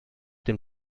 dem